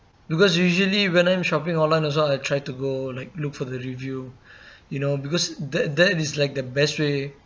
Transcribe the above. because usually when I shopping online also I try to go like look for the review you know because that that is like the best way